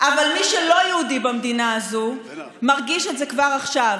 אבל מי שלא יהודי במדינה הזו מרגיש את זה כבר עכשיו,